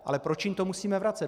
Ale proč jim to musíme vracet?